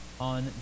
on